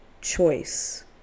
choice